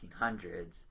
1800s